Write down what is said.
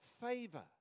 favor